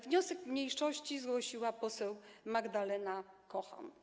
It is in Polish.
Wniosek mniejszości zgłosiła poseł Magdalena Kochan.